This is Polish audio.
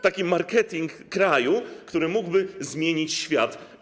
Taki marketing kraju, który mógłby zmienić świat.